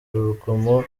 urugomo